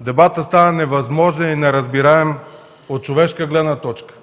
Дебатът стана невъзможен и неразбираем от човешка гледна точка.